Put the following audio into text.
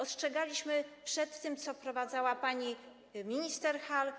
Ostrzegaliśmy przed tym, co wprowadzała pani minister Hall.